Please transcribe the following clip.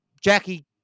Jackie